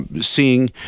seeing